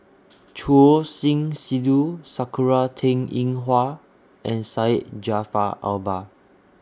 Choor Singh Sidhu Sakura Teng Ying Hua and Syed Jaafar Albar